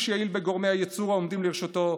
יעיל בגורמי הייצור העומדים לרשותו,